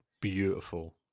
Beautiful